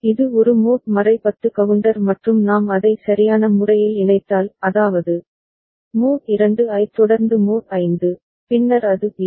இது ஒரு mod 10 counter மற்றும் நாம் அதை சரியான முறையில் இணைத்தால் அதாவது மோட் 2 ஐத் தொடர்ந்து மோட் 5 பின்னர் அது பி